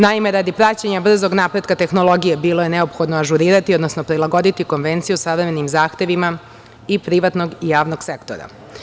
Naime, radi praćenja brzog napretka tehnologije bilo je neophodno ažurirati, odnosno prilagoditi Konvenciju savremenim zahtevima i privatnog i javnog sektora.